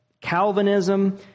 Calvinism